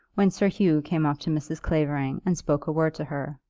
when sir hugh came up to mrs. clavering and spoke a word to her.